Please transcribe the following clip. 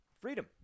freedom